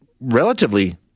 relatively